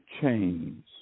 chains